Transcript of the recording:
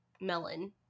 melon